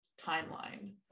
timeline